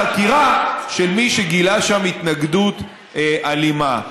חקירה של מי שגילה שם התנגדות אלימה.